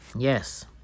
yes